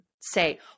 say